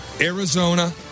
Arizona